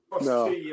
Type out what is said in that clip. no